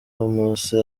musi